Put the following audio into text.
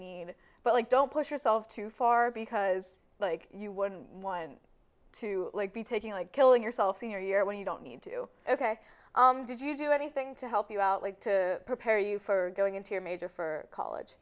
need but don't push yourself too far because like you would one to be taking like killing yourself senior year when you don't need to ok did you do anything to help you out like to prepare you for going into your major for college